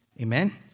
Amen